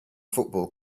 football